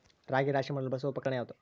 ರಾಗಿ ರಾಶಿ ಮಾಡಲು ಬಳಸುವ ಉಪಕರಣ ಯಾವುದು?